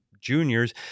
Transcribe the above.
juniors